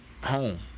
home